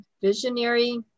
visionary